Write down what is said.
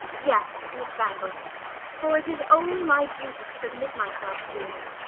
yes, miss wangel for it is only my duty to submit myself to him.